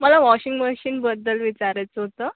मला वॉशिंग मशीनबद्दल विचारायचं होतं